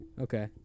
Okay